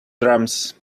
drums